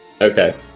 Okay